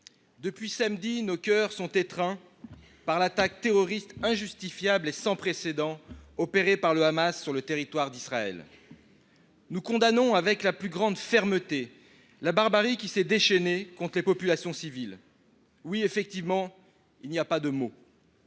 depuis samedi dernier, nos cœurs sont étreints par l’attaque terroriste injustifiable et sans précédent qui a été menée par le Hamas sur le territoire d’Israël. Nous condamnons avec la plus grande fermeté la barbarie qui s’est déchaînée contre les populations. En effet, il n’y a pas de mots.